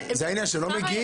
בגלל זה הם לא מגיעים.